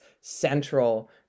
central